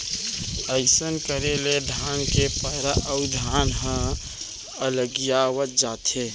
अइसन करे ले धान के पैरा अउ धान ह अलगियावत जाथे